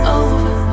over